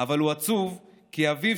אבל הוא עצוב כי אביו,